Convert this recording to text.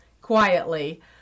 quietly